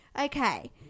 Okay